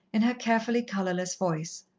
in her carefully colourless voice.